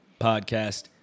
podcast